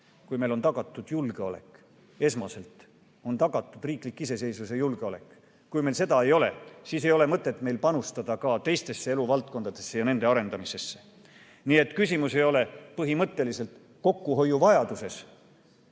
kui meil on tagatud julgeolek, esmaselt on tagatud riiklik iseseisvus ja julgeolek. Kui meil seda ei ole, siis ei ole mõtet panustada ka teistesse eluvaldkondadesse ja nende arendamisse. Nii et küsimus ei ole põhimõtteliselt kokkuhoiuvajaduses